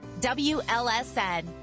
WLSN